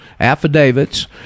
affidavits